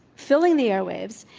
filling the airways,